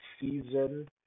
season